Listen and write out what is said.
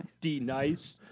D-Nice